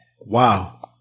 Wow